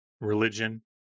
religion